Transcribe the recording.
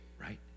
right